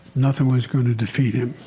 nothing was going to defeat it.